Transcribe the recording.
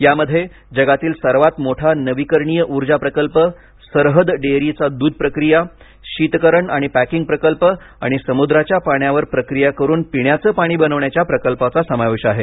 यामध्ये जगातील सर्वात मोठा नवीकरणीय ऊर्जा प्रकल्प सरहद डेअरीचा दूध प्रक्रिया शीतकरण आणि पॅकिंग प्रकल्प आणि समुद्राच्या पाण्यावर प्रक्रिया करून पिण्याचं पाणी बनवण्याच्या प्रकल्पाचा समावेश आहे